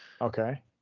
Okay